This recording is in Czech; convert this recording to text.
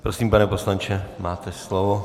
Prosím, pane poslanče, máte slovo.